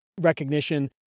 recognition